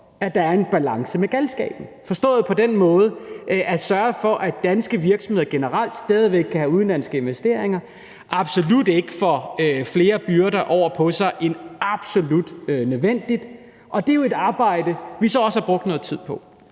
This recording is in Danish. at der er en balance i galskaben, forstået på den måde, at vi skal sørge for, at danske virksomheder generelt stadig væk kan have udenlandske investeringer og absolut ikke får flere byrder lagt over på sig end absolut nødvendigt. Det er jo et arbejde, vi så også har brugt noget tid på,